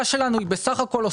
לא.